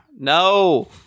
No